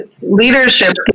leadership